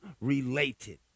related